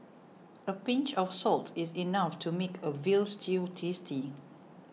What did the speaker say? a pinch of salt is enough to make a Veal Stew tasty